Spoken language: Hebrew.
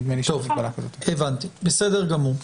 בסדר גמור.